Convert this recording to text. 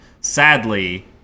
Sadly